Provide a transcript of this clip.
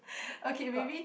okay maybe